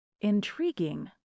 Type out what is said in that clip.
Intriguing